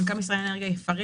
ומנכ"ל משרד האנרגיה יפרט.